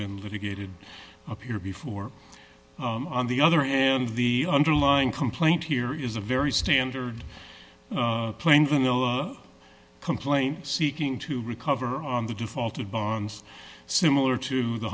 been litigated up here before on the other hand the underlying complaint here is a very standard plain vanilla complaint seeking to recover on the defaulted bonds similar to the